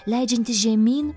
leidžiantis žemyn